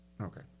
Okay